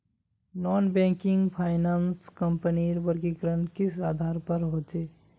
Non banking finance कंपनीर वर्गीकरण किस आधार पर होचे?